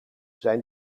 zijn